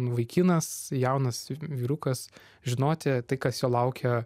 vaikinas jaunas vyrukas žinoti tai kas jo laukia